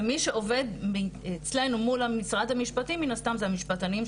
ומי שעובד אצלנו מול משרד המשפטים מן הסתם זה המשפטנים שלנו.